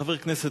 כחבר כנסת,